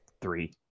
Three